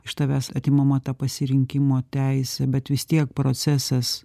iš tavęs atimama ta pasirinkimo teisė bet vis tiek procesas